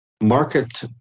market